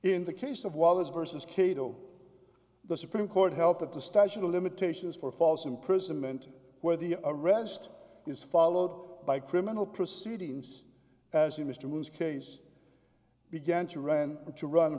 in the case of wallace versus cato the supreme court held that the statute of limitations for false imprisonment where the arrest is followed by criminal proceedings as the mr whose case began to run and to run